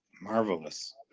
Marvelous